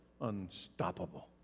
Unstoppable